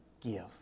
give